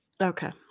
okay